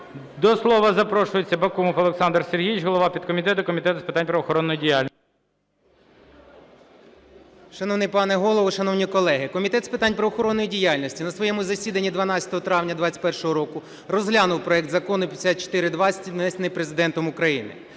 До слова запрошується Бакумов Олександр Сергійович – голова підкомітету Комітету з питань правоохоронної діяльності. 17:49:02 БАКУМОВ О.С. Шановний пане Голово, шановні колеги, Комітет з питань правоохоронної діяльності на своєму засіданні 12 травня 21-го року розглянув проект Закону 5420, внесений Президентом України.